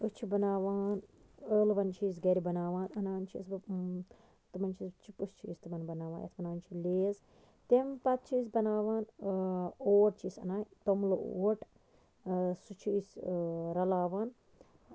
أسۍ چھِ بَناوان ٲلوَن چھِ أسۍ گرِ بَناوان اَنان چھَس بہٕ تٕمَن چھَس بہٕ چِپٔس چھِ أسۍ تٕمن بَناوان أسۍ بَناوان چھِ لیز تَمہِ پَتہٕ چھِ أسۍ بَناوان اوٹ چھِ أسۍ اَنان توٚملہٕ اوٹ سُہ چھِ أسۍ رَلاوان